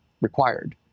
required